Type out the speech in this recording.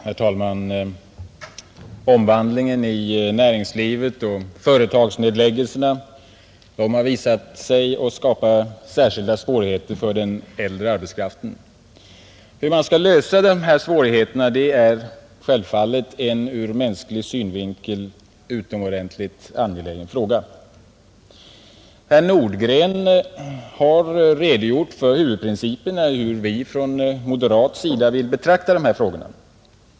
Herr talman! Omvandlingen i näringslivet och företagsnedläggelserna har visat sig skapa särskilda svårigheter för den äldre arbetskraften. Hur man skall lösa de problemen är självfallet en ur mänsklig synvinkel utomordentligt angelägen fråga. Herr Nordgren har redogjort för huvudprinciperna i hur vi från moderat sida vill betrakta de här frågorna.